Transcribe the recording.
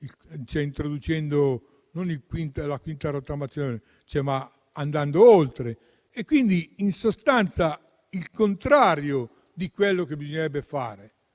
introducendo non la quinta rottamazione, ma andando oltre. In sostanza, è il contrario di quello che bisognerebbe fare,